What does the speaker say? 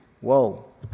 Whoa